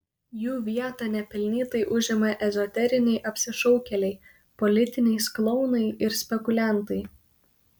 jų vietą nepelnytai užima ezoteriniai apsišaukėliai politiniais klounai ir spekuliantai